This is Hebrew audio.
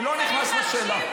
אני לא נכנס לשאלה.